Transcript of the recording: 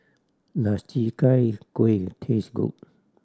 does Chi Kak Kuih taste good